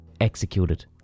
executed